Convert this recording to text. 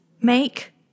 make